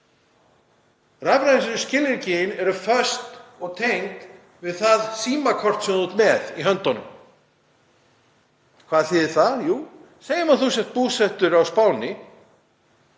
Rafræn skilríki eru föst og tengd við það símakort sem þú ert með í höndunum. Hvað þýðir það? Jú, segjum að þú sért búsettur á Spáni